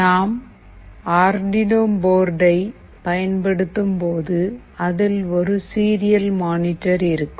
நாம் ஆர்டினோ போர்டைப் பயன்படுத்தும் போது அதில் ஒரு சீரியல் மானிட்டர் இருக்கும்